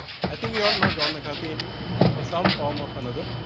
i think you all know john mccarthy and for some form of another.